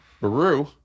Baru